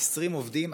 20 עובדים,